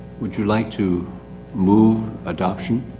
would you like to move, adoption,